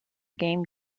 game